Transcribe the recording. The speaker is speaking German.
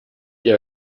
die